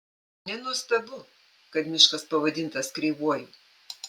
nenuostabu kad miškas pavadintas kreivuoju